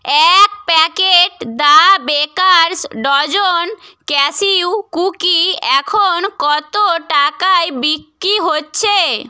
এক packet the Baker's Dozen cashew cookie এখন কত টাকায় বিক্রি হচ্ছে